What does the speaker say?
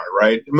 right